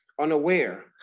unaware